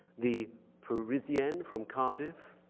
the parisian from cardiff.